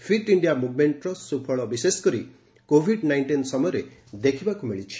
fit India ମୁଭ୍ମେଣ୍ଟର ସୁଫଳ ବିଶେଷ କରି କୋବିଡ୍ ନାଇଣ୍ଟିନ୍ ସମୟରେ ଦେଖିବାକୁ ମିଳିଛି